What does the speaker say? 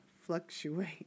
Fluctuate